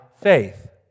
faith